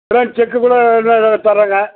bank cheque கூட வேண்ணால் இதில் தரேங்க